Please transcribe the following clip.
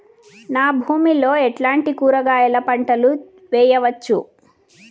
నా భూమి లో ఎట్లాంటి కూరగాయల పంటలు వేయవచ్చు?